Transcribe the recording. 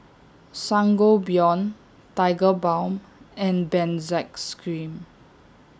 Sangobion Tigerbalm and Benzac scream